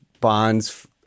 bonds